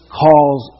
calls